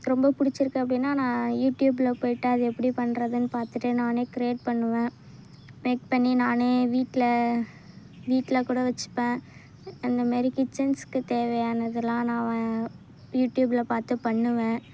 ரொம்ப பிடிச்சிருக்கு அப்படீன்னா நான் யூடியூப்பில் போயிவிட்டு அது எப்படி பண்ணுறதுன்னு பார்த்துட்டு நானே கிரியேட் பண்ணுவேன் மேக் பண்ணி நானே வீட்டில் வீட்டில் கூட வச்சுப்பேன் அந்தமாரி கிச்சன்ஸ்க்கு தேவையானது எல்லாம் நான் யூடியூப்பில் பார்த்து பண்ணுவேன்